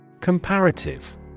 COMPARATIVE